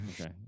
Okay